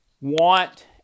want